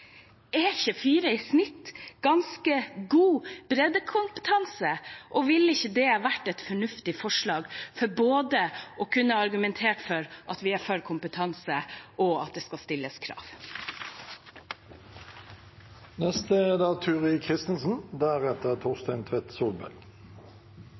Er ikke 4 i snitt ganske god breddekompetanse, og ville ikke det vært et fornuftig forslag for å kunne argumentere for at vi er for både kompetanse og at det skal stilles